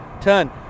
turn